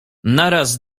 naraz